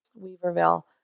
weaverville